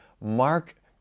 Mark